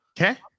Okay